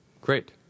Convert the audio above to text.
Great